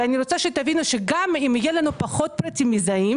אני רוצה שתבינו שגם אם יהיו לנו פחות פרטים מזהים